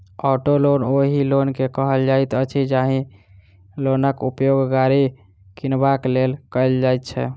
auto loan ओहि loan के कहल जाइत अछि, जाहि लोनक उपयोग गाड़ी किनबाक लेल कयल जाइत छै